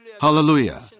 Hallelujah